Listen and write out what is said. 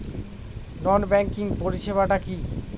নন banking পরিষেবা টা কি?